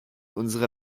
unsere